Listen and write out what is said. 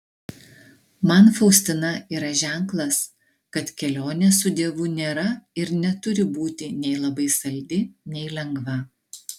man faustina yra ženklas kad kelionė su dievu nėra ir neturi būti nei labai saldi nei lengva